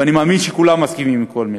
ואני מאמין שכולם מסכימים עם כל מילה.